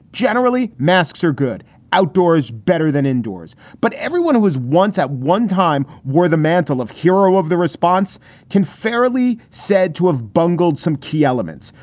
generally, masks are good outdoors, better than indoors. but everyone it was once at one time wore the mantle of hero of the response can fairly said to have bungled some key elements.